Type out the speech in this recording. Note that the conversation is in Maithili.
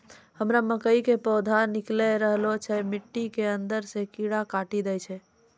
हमरा मकई के पौधा निकैल रहल छै मिट्टी के अंदरे से कीड़ा काटी दै छै?